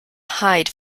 hide